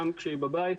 אלא גם כשהיא בבית,